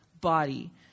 body